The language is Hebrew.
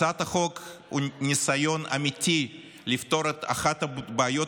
הצעת החוק היא ניסיון אמיתי לפתור את אחת הבעיות